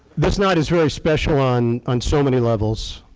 this night is very special on on so many levels,